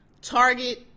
target